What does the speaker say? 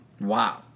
Wow